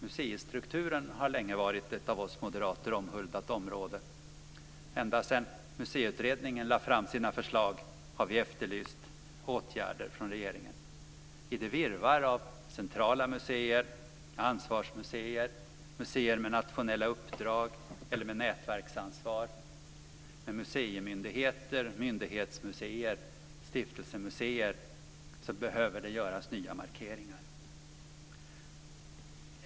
Museistrukturen har länge varit ett av oss moderater omhuldat område. Ända sedan Museiutredningen lade fram sina förslag har vi efterlyst åtgärder från regeringen. I nuvarande virrvarr av centrala museer, ansvarsmuseer, museer med nationella uppdrag eller med nätverksansvar, museimyndigheter, myndighetsmuseer och stiftelsemuseer behöver det göras nya markeringar.